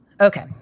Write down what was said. Okay